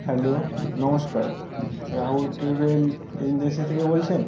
hello নমস্কার Rahul travel agency থেকে বলছেন